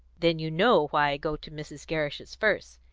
then you know why i go to mrs. gerrish's first.